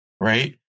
right